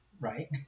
right